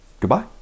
Goodbye